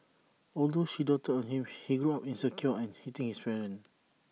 although she doted on him he grew up insecure and hating his parents